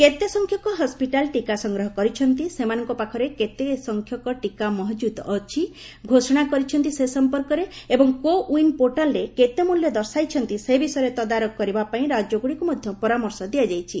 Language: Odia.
କେତେସଂଖ୍ୟକ ହସ୍କିଟାଲ ଟିକା ସଂଗ୍ରହ କରିଛନ୍ତି ସେମାନଙ୍କ ପାଖରେ କେତେକସଂଖ୍ୟକ ଟିକା ମହକୁଦ ଅଛି ଘୋଷଣା କରିଛନ୍ତି ଏବଂ କୋ ଓ୍ୱିନ୍ ପୋର୍ଟାଲରେ କେତେ ମୂଲ୍ୟ ଦର୍ଶାଇଛନ୍ତି ସେ ବିଷୟରେ ତଦାରଖ କରିବା ପାଇଁ ରାଜ୍ୟଗୁଡ଼ିକୁ ମଧ୍ୟ ପରାମର୍ଶ ଦିଆଯାଇଛି